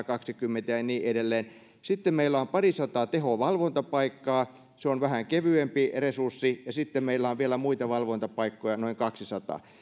husissa satakaksikymmentä ja niin edelleen sitten meillä on parisataa tehovalvontapaikkaa se on vähän kevyempi resurssi ja sitten meillä on vielä muita valvontapaikkoja noin kaksisataa